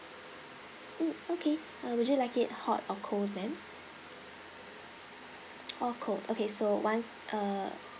mm okay uh would you like it hot or cold then all cold okay so one uh